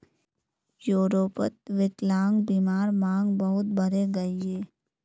यूरोपोत विक्लान्ग्बीमार मांग बहुत बढ़े गहिये